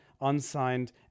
unsigned